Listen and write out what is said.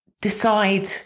decide